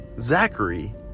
Zachary